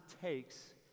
takes